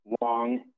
long